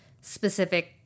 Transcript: specific